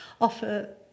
offer